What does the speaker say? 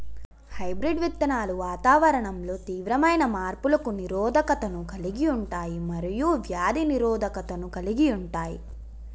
hybrid విత్తనాలు వాతావరణంలో తీవ్రమైన మార్పులకు నిరోధకతను కలిగి ఉంటాయి మరియు వ్యాధి నిరోధకతను కలిగి ఉంటాయి